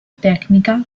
tecnica